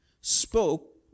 spoke